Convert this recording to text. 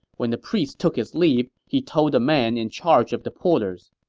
when the priest took his leave, he told the man in charge of the porters,